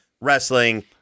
wrestling